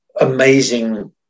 amazing